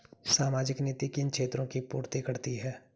सामाजिक नीति किन क्षेत्रों की पूर्ति करती है?